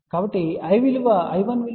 కాబట్టి I1 విలువ దేనికి సమానం